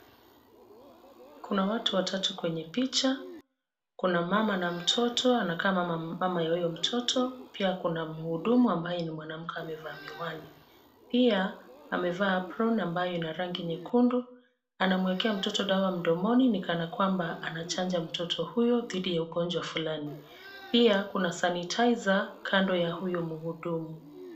Kuna watu watatu kwenye picha, kuna mama na mtoto anakaa mama ya huyo mtoto. Pia kuna mhudumu ambaye ni mwanamke amevaa miwani. Pia amevaa apron ambayo ina rangi nyekundu, anamwekea mtoto dawa mdomoni ni kana kwamba anachanja mtoto huyo dhidi ya ugonjwa fulani. Pia kuna sanitizer kando ya huyo mhudumu.